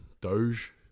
Doge